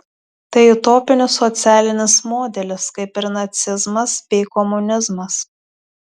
tai utopinis socialinis modelis kaip ir nacizmas bei komunizmas